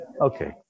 Okay